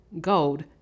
gold